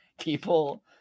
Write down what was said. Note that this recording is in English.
people